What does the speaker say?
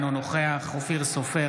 אינו נוכח אופיר סופר,